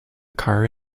car